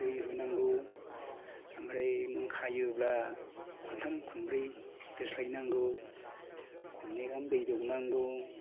दै होनांगौ ओमफ्राय नों खायोब्ला खनथाम खनब्रै दोस्लायनांगौ खननै गाहाम दै दौनांगौ